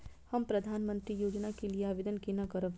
हम प्रधानमंत्री योजना के लिये आवेदन केना करब?